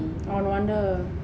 oh no wonder